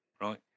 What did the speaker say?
right